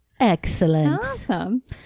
excellent